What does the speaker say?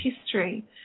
history